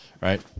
right